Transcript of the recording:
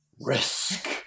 risk